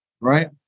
right